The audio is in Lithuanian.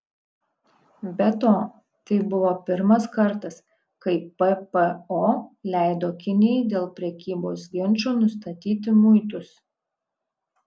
be to tai buvo pirmas kartas kai ppo leido kinijai dėl prekybos ginčo nustatyti muitus